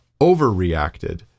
overreacted